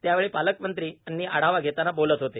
त्यावेळी पालकमंत्री आढावा घेताना बोलत होते